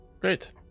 Great